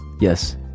Yes